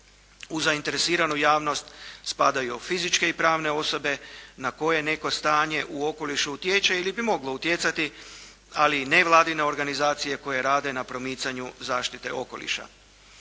U zainteresiranu javnost spadaju fizičke i pravne osobe na koje neko stanje u okolišu utječe ili bi moglo utjecati, ali i nevladine organizacije koje rade na promicanju zaštite okoliša.